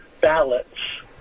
ballots